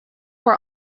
were